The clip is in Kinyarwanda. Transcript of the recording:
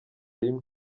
rimwe